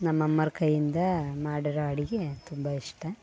ನಮ್ಮ ಅಮ್ಮನವ್ರ್ ಕೈಯಿಂದಾ ಮಾಡಿರೊ ಅಡಿಗೆ ತುಂಬ ಇಷ್ಟ